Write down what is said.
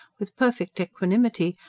with perfect equanimity,